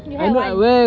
you had one